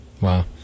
Wow